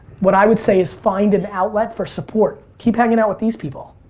what i would say is find an outlet for support. keep hanging out with these people,